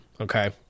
okay